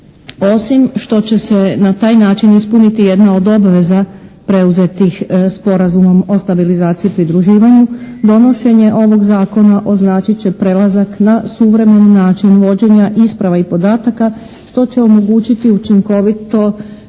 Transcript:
Osim što će se na taj način ispuniti jedna od obveza preuzetih Sporazumom o stabilizaciji i pridruživanju donošenje ovog Zakona označit će prelazak na suvremeni način vođenja isprava i podataka što će omogućiti učinkovito